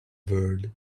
world